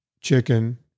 chicken